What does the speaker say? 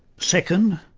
second,